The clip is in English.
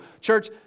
Church